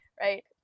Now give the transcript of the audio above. right